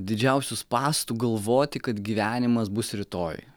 didžiausių spąstų galvoti kad gyvenimas bus rytoj